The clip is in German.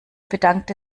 bedankte